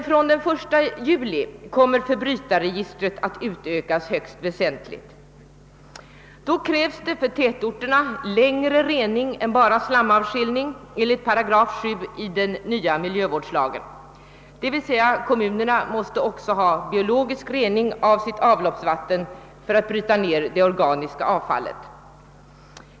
Från den 1 juli kommer förbrytarregistret att utökas högst väsentligt. Då krävs det för tätorterna längre gående »ening än bara slamavskiljning enligt 7 8 i den nya miljövårdslagen, d.v.s. kommunerna måste också ha biologisk rening av sitt avloppsvatten för att det organiska avfallet skall brytas ner.